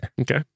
Okay